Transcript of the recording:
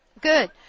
Good